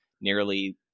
nearly